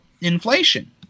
inflation